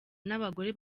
n’abagore